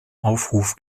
aufruf